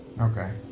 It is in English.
okay